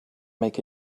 make